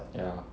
ya